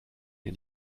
den